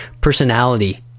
personality